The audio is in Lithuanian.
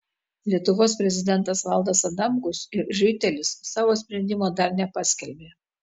lietuvos prezidentas valdas adamkus ir riuitelis savo sprendimo dar nepaskelbė